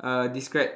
uh describe